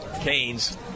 Canes